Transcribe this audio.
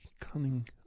cunning